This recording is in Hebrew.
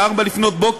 ב-04:00,